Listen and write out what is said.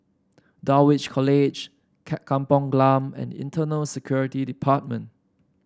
Dulwich College Kampung Glam and Internal Security Department